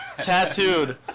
tattooed